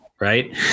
Right